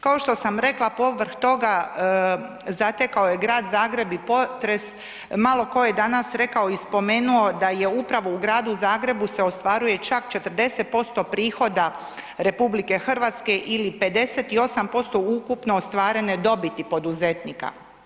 Kao što sam rekla, povrh toga, zatekao je grad Zagreb i potres, malo tko je danas rekao i spomenuo da je upravo u gradu Zagrebu se ostvaruje čak 40% prihoda RH ili 58% ukupno ostvarene dobiti poduzetnika.